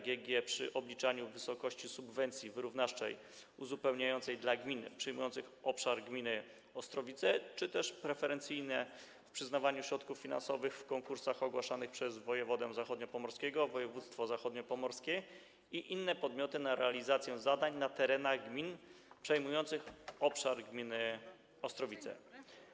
Gg przy obliczaniu wysokości subwencji wyrównawczej uzupełniającej dla gmin przejmujących obszar gminy Ostrowice czy też preferencje w przyznawaniu środków finansowych w konkursach ogłaszanych przez wojewodę zachodniopomorskiego, województwo zachodniopomorskie i inne podmioty na realizację zadań na terenach gmin przejmujących obszar gminy Ostrowice.